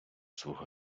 свого